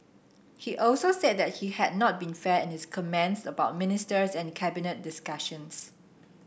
he also said that he had not been fair in his comments about the ministers and cabinet discussions